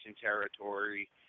Territory